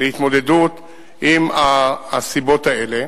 להתמודדות עם הסיבות האלה.